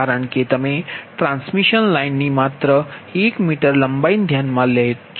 કારણ કે તમે ટ્રાન્સમિશન લાઇનની માત્ર 1 મીટર લંબાઈ ધ્યાનમાં લીધી છે